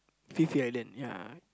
Phi-Phi-Island ya